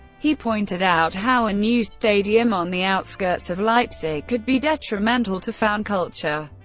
he pointed out how a new stadium on the outskirts of leipzig could be detrimental to fan culture,